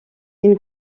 une